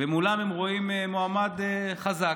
ומולם הם רואים מועמד חזק,